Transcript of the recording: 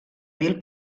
mil